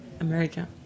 America